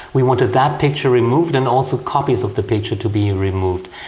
we wanted that picture removed and also copies of the picture to be removed.